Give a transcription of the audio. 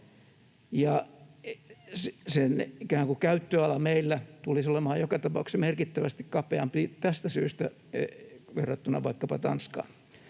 käyttöala meillä tulisi olemaan joka tapauksessa merkittävästi kapeampi tästä syystä verrattuna vaikkapa Tanskaan.